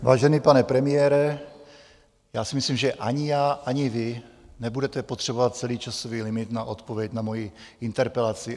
Vážený pane premiére, já si myslím, že ani já, ani vy nebudete potřebovat celý časový limit na odpověď na moji interpelaci.